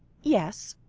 yes,